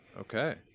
Okay